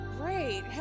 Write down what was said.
great